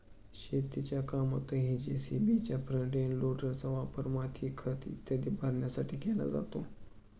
शेतीच्या कामातही जे.सी.बीच्या फ्रंट एंड लोडरचा वापर माती, खत इत्यादी भरण्यासाठी केला जातो